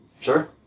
Sure